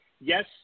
yes